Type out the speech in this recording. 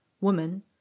woman